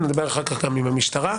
נדבר אחר כך גם עם המשטרה.